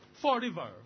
forever